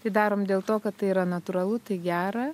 tai darom dėl to kad tai yra natūralu tai gera